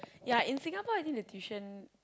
ya in Singapore I think the tuition